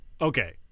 Okay